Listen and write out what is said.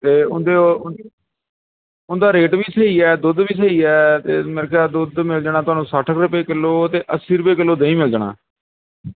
ਅਤੇ ਉਹਦਾਂ ਉਹ ਉਹਨਾਂ ਦਾ ਰੇਟ ਵੀ ਸਹੀ ਹੈ ਦੁੱਧ ਵੀ ਸਹੀ ਹੈ ਅਤੇ ਮੇਰੇ ਖਿਆਲ ਦੁੱਧ ਮਿਲ ਜਾਣਾ ਤੁਹਾਨੂੰ ਸੱਠ ਰੁਪਏ ਕਿਲੋ ਅਤੇ ਅੱਸੀ ਰੁਪਏ ਕਿਲੋ ਦਹੀ ਮਿਲ ਜਾਣਾ